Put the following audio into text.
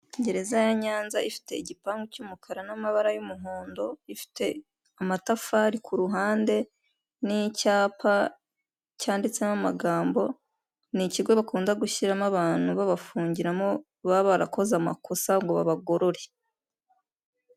Gereza ya Nyanza ifite igipangu cy'umukara n'amabara y'umuhondo, ifite amatafari kuhande n'icyapa cyanditseho amagambo, ni ikigo bakunda gushyiramo abantu babafungiramo baba barakoze amakosa ngo babagorore.